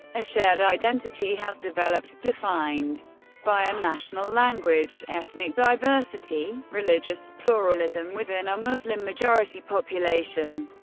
a shared identity has developed, defined by a national language, ethnic diversity, religious pluralism within a muslim-majority population,